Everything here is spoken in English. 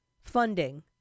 funding